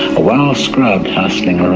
a well scrubbed hustling um